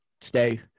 stay